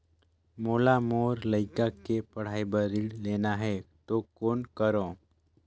मोला मोर लइका के पढ़ाई बर ऋण लेना है तो कौन करव?